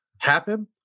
happen